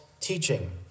teaching